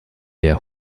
der